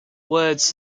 words